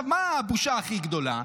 מה הבושה הכי גדולה?